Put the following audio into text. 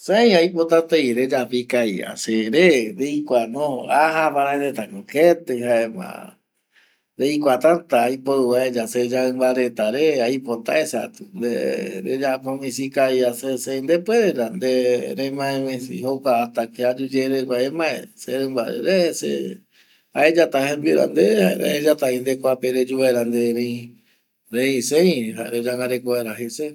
Sei aipota tei reyapo ikavi va se re, reikua no aja paraeteta ko keti jaema reikua tata aipou aeya se yaimba reta re, Aipotaesa tu nde reyapo misi ikavi va se sei depuere ra nde remae misi jokua hasta que ayuye regua emae serimba re se Aeyata jembiura nde jare aeyata vi nde kuape reyu vaera nde rei rei sei jare reyangareko vaera je se